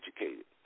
educated